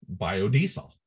biodiesel